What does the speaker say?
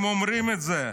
הם אומרים את זה.